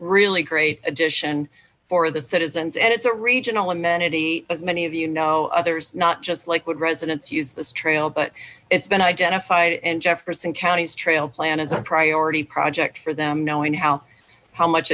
really great addition for the citizens and it's a regional amenity as many of you know others not just lakewood residents use this trail but it's been identified in jefferson county's trail plan as a priority project for them knowing how how much